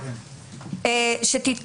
הייעוץ המשפטי ומשרד המשפטים,